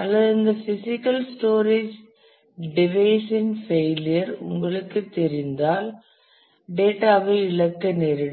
அல்லது இந்த physical storage device இன் ஃபெயிலியர் உங்களுக்குத் தெரிந்தால் டேட்டா ஐ இழக்க நேரிடும்